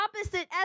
opposite